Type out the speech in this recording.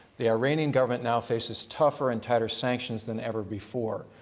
the iranian government now faces tougher and tighter sanctions than ever before.